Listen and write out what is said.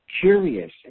curious